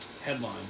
headline